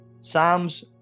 Psalms